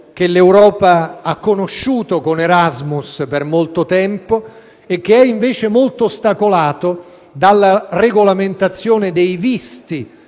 che l'Europa ha conosciuto con Erasmus per molto tempo e che è, invece, molto ostacolato dalla regolamentazione dei visti